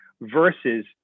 versus